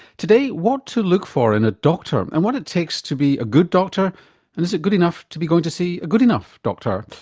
today, what to look for in a doctor um and what it takes to be a good doctor and is it good enough to be going to see a good enough doctor.